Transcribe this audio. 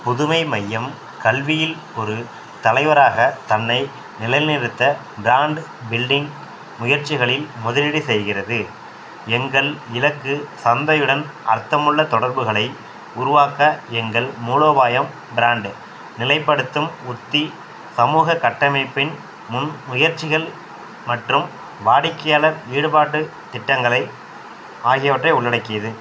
புதுமை மையம் கல்வியில் ஒரு தலைவராக தன்னை நிலைநிறுத்த ப்ராண்ட் பில்டிங் முயற்சிகளில் முதலீடு செய்கிறது எங்கள் இலக்கு சந்தையுடன் அர்த்தமுள்ள தொடர்புகளை உருவாக்க எங்கள் மூலோபாயம் ப்ராண்ட் நிலைப்படுத்தும் உத்தி சமூகக் கட்டமைப்பின் முன் முயற்சிகள் மற்றும் வாடிக்கையாளர் ஈடுபாட்டு திட்டங்கள் ஆகியவற்றை உள்ளடக்கியது